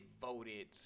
voted